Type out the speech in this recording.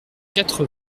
quatre